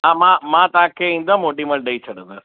हा मां मां तव्हांखे ईंदुमि ओॾी महिल ॾई छॾिंदुसि